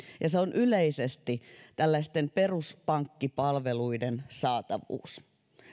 ja se on yleisesti tällaisten peruspankkipalveluiden saatavuus